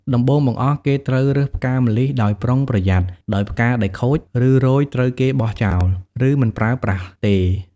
ដំបូងបង្អស់ គេត្រូវរើសផ្កាម្លិះដោយប្រុងប្រយ័ត្ន ដោយផ្កាដែលខូច ឬរោយត្រូវគេបោះចោល ឬមិនប្រើប្រាស់ទេ។